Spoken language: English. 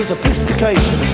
Sophistication